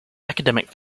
academic